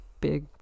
big